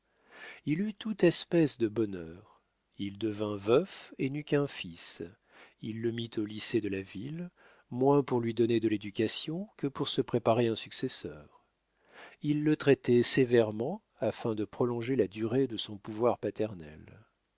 il eut toute espèce de bonheur il devint veuf et n'eut qu'un fils il le mit au lycée de la ville moins pour lui donner de l'éducation que pour se préparer un successeur il le traitait sévèrement afin de prolonger la durée de son pouvoir paternel